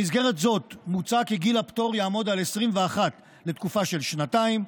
במסגרת זו מוצע כי גיל הפטור יעמוד על 21 לתקופה של שנתיים,